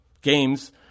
games